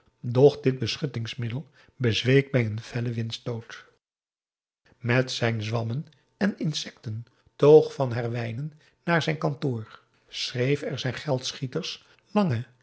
dit beschuttingsmiddel bezweek bij een fellen windstoot met zijn zwammen en insecten toog van herwijnen naar zijn kantoor en schreef er zijn